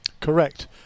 Correct